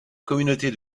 communauté